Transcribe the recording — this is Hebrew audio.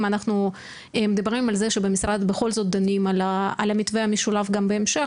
אם אנחנו מדברים על זה שבמשרד בכל זאת דנים על המתווה המשולב גם בהמשך,